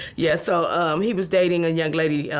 yeah so um he was dating a young lady,